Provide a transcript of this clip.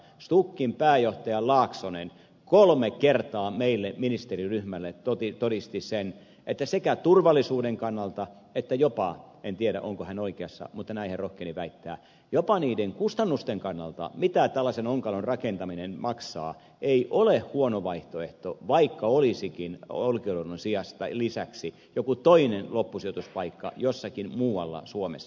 stukin pääjohtaja laaksonen kolme kertaa meille ministeriryhmälle todisti sen että sekä turvallisuuden kannalta että jopa en tiedä onko hän oikeassa mutta näin hän rohkeni väittää niiden kustannusten kannalta mitä tällaisen onkalon rakentaminen maksaa ei ole huono vaihtoehto vaikka olisikin olkiluodon lisäksi joku toinen loppusijoituspaikka jossakin muualla suomessa